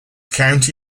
county